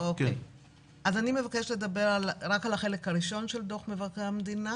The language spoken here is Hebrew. אני מבקשת לדבר רק על החלק הראשון של דוח מבקר המדינה.